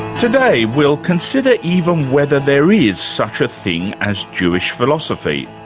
today we'll consider even whether there is such a thing as jewish philosophy.